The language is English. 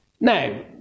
Now